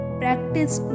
practice